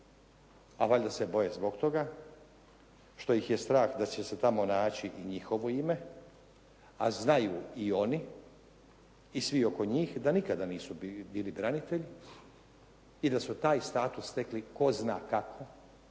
a valjda se boje zbog toga što ih je strah da će se tamo naći i njihovo ime, a znaju i oni i svi oko njih da nikada nisu bili branitelji i da su taj status stekli tko zna kako